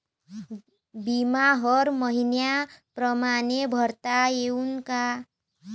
बिमा हर मइन्या परमाने भरता येऊन का?